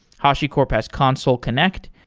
hashicorp has consul connect.